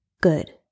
good